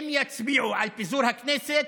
אם יצביעו על פיזור הכנסת,